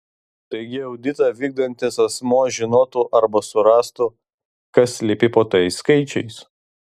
taigi auditą vykdantis asmuo žinotų arba surastų kas slypi po tais skaičiais